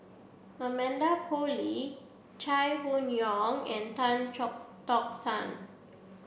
Amanda Koe Lee Chai Hon Yoong and Tan Chock Tock San